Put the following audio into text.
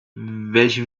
welch